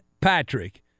Patrick